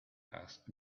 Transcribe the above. asked